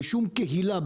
בשום קהילה,